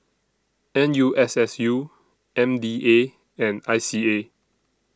N U S S U M D A and I C A